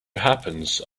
happens